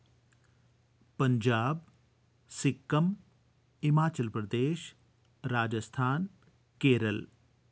Punjab Sikkim Himachal Pradesh Rajasthan Kerala